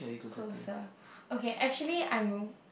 closer okay actually I'm